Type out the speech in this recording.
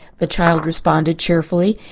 the child responded cheerfully.